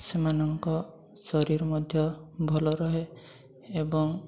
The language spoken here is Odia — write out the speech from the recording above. ସେମାନଙ୍କ ଶରୀର ମଧ୍ୟ ଭଲ ରହେ ଏବଂ